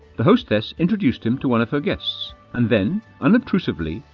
the hostess introduced him to one of her guests and then, unobtrusively,